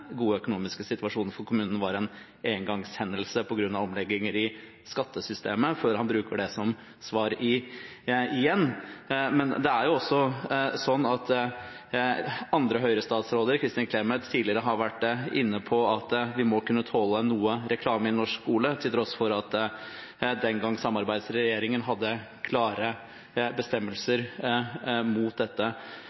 gode økonomiske situasjonen for kommunene var en engangshendelse pga. omlegginger i skattesystemet, før han bruker det som svar igjen. Det er sånn at andre Høyre-statsråder, som Kristin Clemet, tidligere har vært inne på at vi må kunne tåle noe reklame i norsk skole, til tross for at samarbeidsregjeringen den gangen hadde klare